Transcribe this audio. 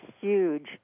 huge